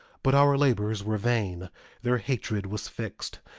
but our labors were vain their hatred was fixed,